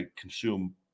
consume